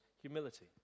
humility